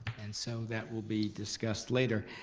and so that will be discussed later.